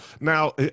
Now